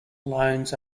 loans